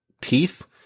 teeth